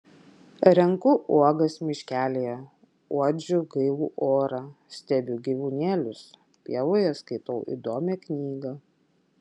renku uogas miškelyje uodžiu gaivų orą stebiu gyvūnėlius pievoje skaitau įdomią knygą